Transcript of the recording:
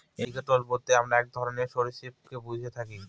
alligator বলতে আমরা এক ধরনের সরীসৃপকে বুঝে থাকি